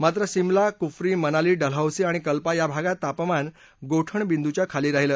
मात्र सिमला कुफरी मनाली डलहौसी आणि कल्पा या भागात तापमान गोठणबिंदूच्या खाली राहिलं